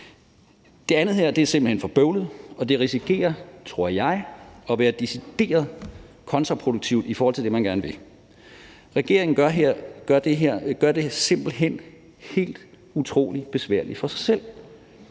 er simpelt hen for bøvlet, og det risikerer, tror jeg, at være decideret kontraproduktivt i forhold til det, som man gerne vil. Regeringen gør simpelt hen det her utrolig besværligt for sig selv.